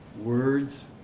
words